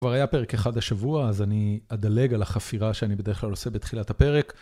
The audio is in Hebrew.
כבר היה פרק אחד השבוע, אז אני אדלג על החפירה שאני בדרך כלל עושה בתחילת הפרק.